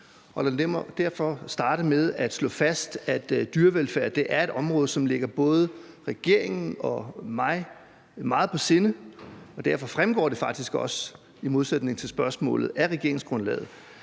og lad mig derfor starte med at slå fast, at dyrevelfærd er et område, som ligger både regeringen og mig meget på sinde. Derfor fremgår det faktisk også, i modsætning til spørgsmålet, af regeringsgrundlaget,